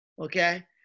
okay